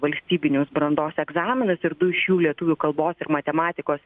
valstybinius brandos egzaminus ir du iš jų lietuvių kalbos ir matematikos